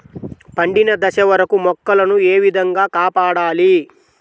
పండిన దశ వరకు మొక్కల ను ఏ విధంగా కాపాడాలి?